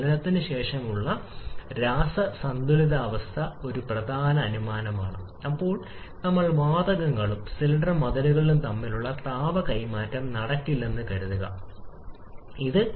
അതുപോലെ ഈ പരമാവധി സൈക്കിൾ താപനില കുറയുന്നു അതിനാൽ താപം കൂട്ടുന്നതിന്റെ ശരാശരി താപനില താഴേക്ക് വരുന്നതിലൂടെ താപ ദക്ഷത കുറയുന്നു